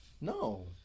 No